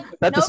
no